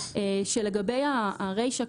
שלגבי הרישה,